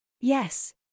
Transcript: Yes